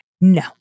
No